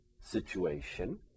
situation